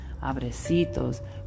abrecitos